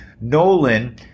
Nolan